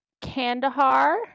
Kandahar